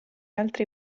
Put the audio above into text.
altri